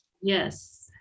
Yes